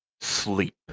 sleep